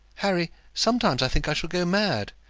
harry, sometimes i think i shall go mad.